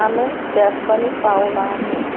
ଆମେ ଟ୍ୟାପ୍ ପାନି ପାଉନାହୁଁ